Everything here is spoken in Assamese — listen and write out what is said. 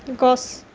গছ